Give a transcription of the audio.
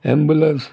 ambulance